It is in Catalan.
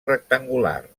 rectangular